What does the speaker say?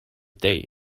day